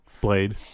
Blade